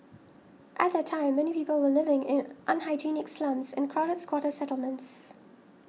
at that time many people were living in unhygienic slums and crowded squatter settlements